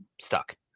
stuck